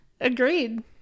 Agreed